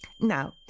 Now